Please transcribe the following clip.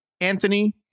Anthony